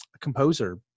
composer